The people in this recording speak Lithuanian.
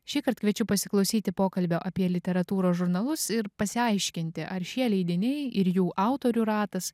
šįkart kviečiu pasiklausyti pokalbio apie literatūros žurnalus ir pasiaiškinti ar šie leidiniai ir jų autorių ratas